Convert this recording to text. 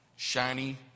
Shiny